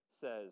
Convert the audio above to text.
says